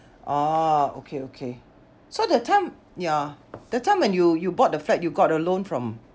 orh okay okay so that time yeah that time when you you bought the flat you got a loan from